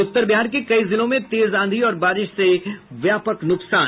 और उत्तर बिहार के कई जिलों में तेज आंधी और बारिश से व्यापक नुकसान